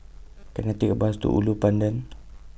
Can I Take A Bus to Ulu Pandan